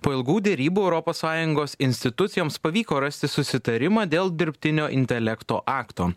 po ilgų derybų europos sąjungos institucijoms pavyko rasti susitarimą dėl dirbtinio intelekto akto